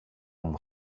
μου